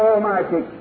Almighty